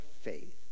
faith